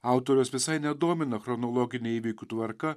autoriaus visai nedomina chronologinė įvykių tvarka